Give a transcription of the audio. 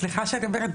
סליחה שאני אומרת,